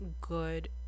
good